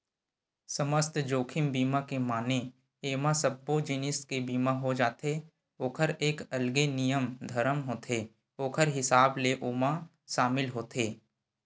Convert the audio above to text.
समस्त जोखिम बीमा के माने एमा सब्बो जिनिस के बीमा हो जाथे ओखर एक अलगे नियम धरम होथे ओखर हिसाब ले ओमा सामिल होथे